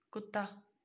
ਕੁੱਤਾ